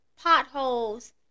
potholes